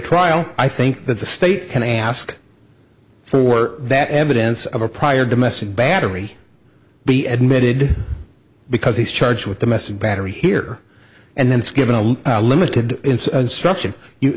trial i think that the state can ask for that evidence of a prior domestic battery be admitted because he's charged with domestic battery here and then it's given a limited struct